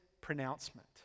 pronouncement